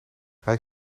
hij